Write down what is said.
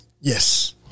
yes